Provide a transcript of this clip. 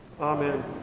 Amen